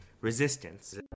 resistance